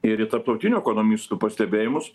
ir į tarptautinių ekonomistų pastebėjimus